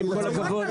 --- עם כל הכבוד,